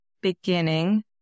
beginning